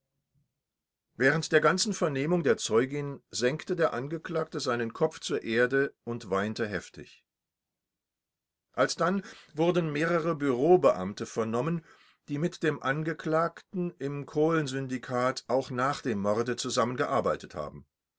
während der ganzen vernehmung der zeugin senkte der angeklagte seinen kopf zur erde und weinte heftig alsdann wurden mehrere bureaubeamte vernommen die mit dem angeklagten im kohlensyndikat auch nach dem morde zusammen gearbeitet haben